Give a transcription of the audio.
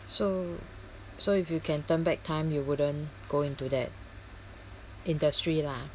so so if you can turn back time you wouldn't go into that industry lah